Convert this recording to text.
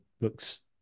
looks